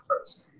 first